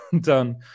done